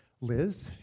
Liz